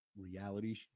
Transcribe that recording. reality